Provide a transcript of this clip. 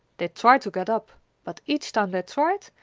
they tried to get up but, each time they tried,